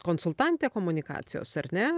konsultantė komunikacijos ar ne